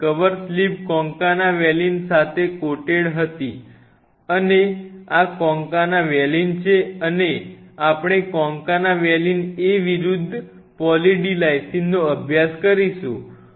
તેથી cover slips concanavalin સાથે coated હતી અને આ કોન્કાના વેલીન છે અને આપણે કોન્કાના વેલિન A વિરુદ્ધ પોલી D લાઇસિનનો અભ્યાસ કર્યો છે